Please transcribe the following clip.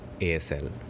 ASL